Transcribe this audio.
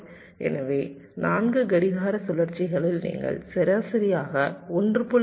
எனவே 4 கடிகார சுழற்சிகளில் நீங்கள் சராசரியாக 1